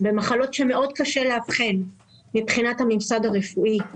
במחלות שמאוד קשה לאבחן מבחינת הממסד הרפואי.